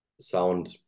sound